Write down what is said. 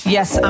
Yes